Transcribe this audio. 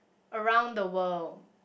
around the world